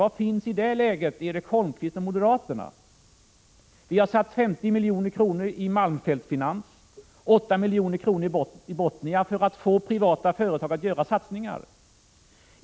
Var finns i det läget Erik Holmkvist och moderaterna? Vi har satsat 50 miljoner i Malmfält Finans och 8 milj.kr. i Bothnia för att få privata företag att göra satsningar.